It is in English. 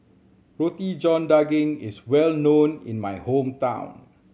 Roti John Daging is well known in my hometown